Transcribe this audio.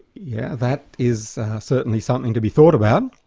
yeah, that is certainly something to be thought about.